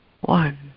one